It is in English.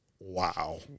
Wow